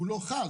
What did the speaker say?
אז החוק לא חל.